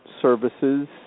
services